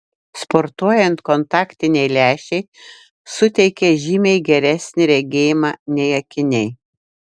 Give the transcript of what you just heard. sportuojant kontaktiniai lęšiai suteikia žymiai geresnį regėjimą nei akiniai